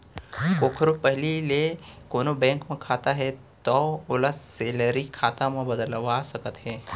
कोकरो पहिली ले कोनों बेंक म खाता हे तौ ओला सेलरी खाता म बदलवा सकत हे